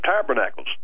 Tabernacles